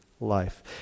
life